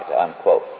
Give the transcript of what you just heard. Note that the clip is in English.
unquote